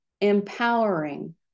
empowering